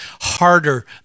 harder